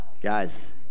Guys